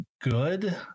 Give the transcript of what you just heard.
good